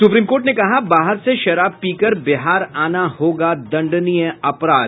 supreme court ने कहा बाहर से शराब पीकर बिहार आना होगा दंडनीय अपराध